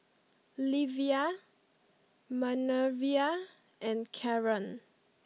Livia Manervia and Caron